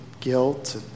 guilt